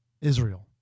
Israel